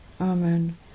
Amen